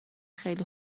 خیلی